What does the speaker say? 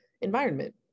environment